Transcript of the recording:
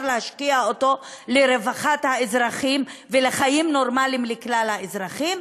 להשקיע לרווחת האזרחים ולחיים נורמליים לכלל האזרחים,